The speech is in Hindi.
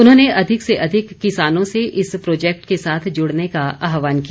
उन्होंने अधिक से अधिक किसानों से इस प्रॉजेक्ट के साथ जुड़ने का आह्वान किया